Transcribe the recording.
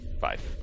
five